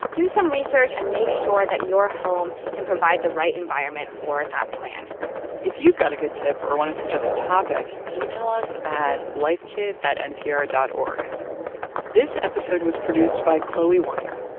do some research and make sure that your home can provide the right environment for that plant if you've got a good tip or want to suggest a topic, email us at lifekit at npr dot this episode was produced by chloee weiner.